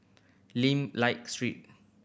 Lim Liak Street